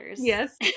Yes